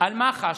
על מח"ש,